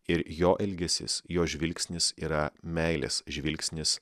ir jo elgesys jos žvilgsnis yra meilės žvilgsnis